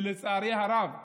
לצערי הרב.